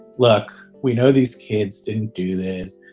look, we know these kids didn't do this.